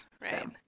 Right